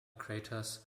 craters